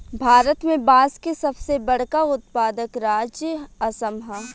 भारत में बांस के सबसे बड़का उत्पादक राज्य असम ह